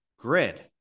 Grid